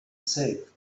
safe